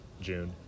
june